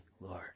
Lord